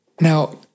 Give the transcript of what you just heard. now